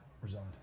Resigned